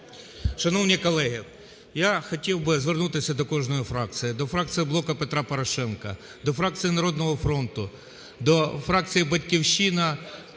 Шановні колеги, я хотів би звернутися до кожної фракції, до фракції "Блоку Петра Порошенка", до фракції "Народного фронту", до фракції "Батьківщина",